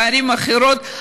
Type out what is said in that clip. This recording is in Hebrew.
בערים אחרות,